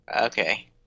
Okay